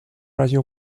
razie